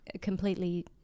completely